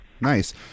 Nice